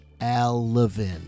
allevin